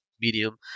medium